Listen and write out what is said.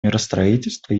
миростроительства